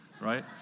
right